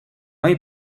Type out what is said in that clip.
hay